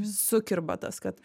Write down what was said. sukirba tas kad